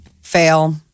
Fail